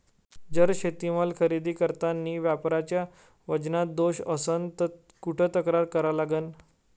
जर शेतीमाल खरेदी करतांनी व्यापाऱ्याच्या वजनात दोष असन त कुठ तक्रार करा लागन?